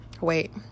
wait